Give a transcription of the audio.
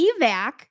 evac